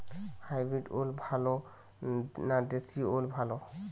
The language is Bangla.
হাইব্রিড ওল ভালো না দেশী ওল ভাল?